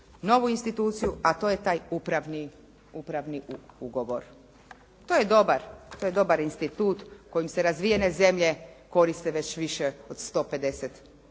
novu instituciju, a to je taj upravni ugovor. To je dobar institut kojim se razvijene zemlje koriste već više od 150,